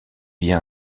via